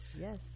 Yes